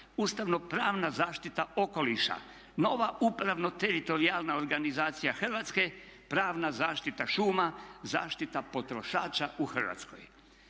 "Ustavno-pravna zaštita okoliša", "Nova upravno teritorijalna organizacija Hrvatske", "Pravna zaštita šuma", "Zaštita potrošača u Hrvatskoj".